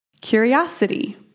curiosity